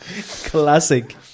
classic